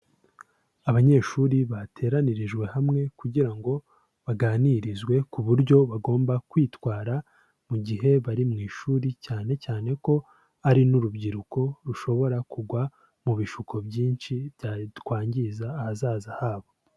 Abanyeshuri bateranirijwe hamwe, kugira ngo baganirizwe ku buryo bagomba kwitwara mu gihe bari mu ishuri, cyane cyane ko ari n'urubyiruko rushobora kugwa mu bishuko byinshi byatwangiza ahazaza habo.